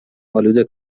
آلوده